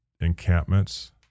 encampments